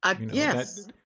Yes